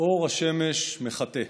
אור השמש מחטא.